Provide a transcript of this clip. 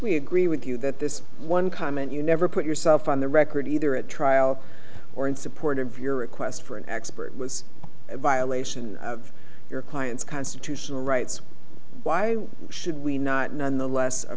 we agree with you that this one comment you never put yourself on the record either at trial or in support of your request for an expert violation of your client's constitutional rights why should we not nonetheless